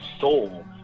soul